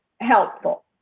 helpful